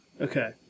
Okay